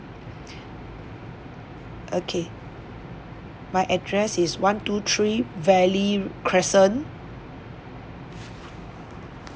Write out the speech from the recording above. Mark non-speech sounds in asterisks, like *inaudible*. *breath* okay my address is one two three valley crescent